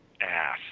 ass